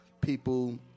people